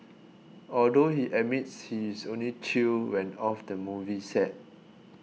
although he admits he is only chill when off the movie set